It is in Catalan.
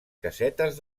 casetes